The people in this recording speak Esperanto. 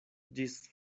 ĝis